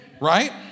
right